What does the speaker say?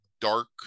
dark